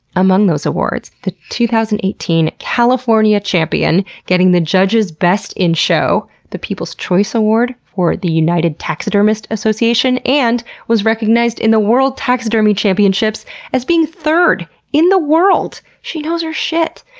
among those awards the two thousand and eighteen california champion, getting the judges best in show the people's choice award for the united taxidermist association and was recognized in the world taxidermy championships as being third in the world! she knows her shit.